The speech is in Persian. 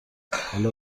حالا